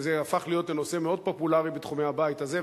וזה הפך להיות נושא מאוד פופולרי בתחומי הבית הזה.